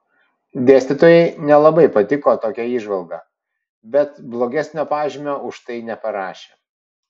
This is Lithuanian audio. dėstytojai nelabai patiko tokia įžvalga bet blogesnio pažymio už tai neparašė